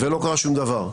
ולא קרה שום דבר.